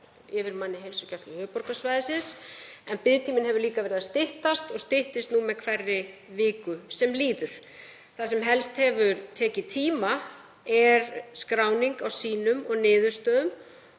yfirmanni Heilsugæslu höfuðborgarsvæðisins, en biðtíminn hefur líka verið að styttast og styttist nú með hverri viku sem líður. Það sem helst hefur tekið tíma er skráning á sýnum og niðurstöðum